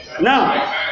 Now